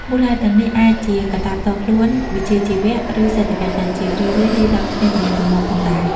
មូលហេតុទាំងនេះអាចជាកត្តាផ្ទាល់ខ្លួន វិជ្ជាជីវៈ ឬសេដ្ឋកិច្ច ដែលជារឿយៗលាយឡំគ្នាទៅវិញទៅមកផងដែរ។